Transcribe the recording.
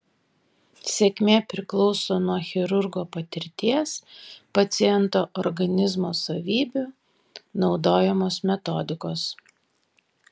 sėkmė priklauso nuo chirurgo patirties paciento organizmo savybių naudojamos metodikos